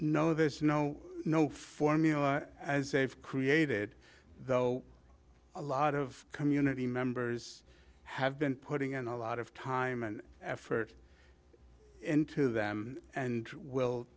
no there's no no for me as a created though a lot of community members have been putting in a lot of time and effort into them and will